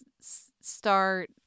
start